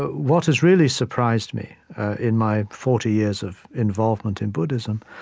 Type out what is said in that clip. what has really surprised me in my forty years of involvement in buddhism,